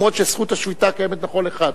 גם אם זכות השביתה קיימת לכל אחד,